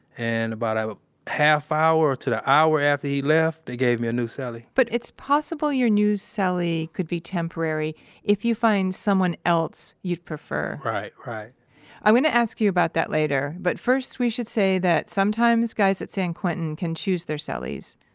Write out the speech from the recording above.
and, about a half hour to to a hour after he left, they gave me a new so cellie but it's possible your new so cellie could be temporary if you find someone else you'd prefer right. right i'm going to ask you about that later, but first we should say that sometimes guys at san quentin can choose their cellies.